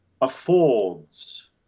Affords